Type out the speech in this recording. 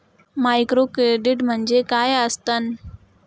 Microcredit म्हणजे काय असतं?